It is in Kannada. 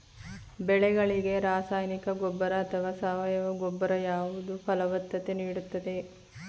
ಬೆಳೆಗಳಿಗೆ ರಾಸಾಯನಿಕ ಗೊಬ್ಬರ ಅಥವಾ ಸಾವಯವ ಗೊಬ್ಬರ ಯಾವುದು ಫಲವತ್ತತೆ ನೀಡುತ್ತದೆ?